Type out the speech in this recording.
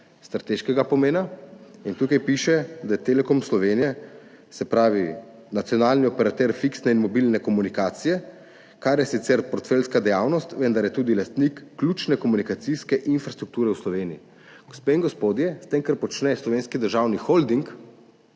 strateškega pomena. Tukaj piše, da je Telekom Slovenije nacionalni operater fiksne in mobilne komunikacije, kar je sicer portfeljska dejavnost, vendar je tudi lastnik ključne komunikacijske infrastrukture v Sloveniji. Gospe in gospodje, s tem, kar počne Slovenski državni holding